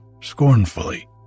scornfully